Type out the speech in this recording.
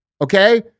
Okay